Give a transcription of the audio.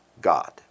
God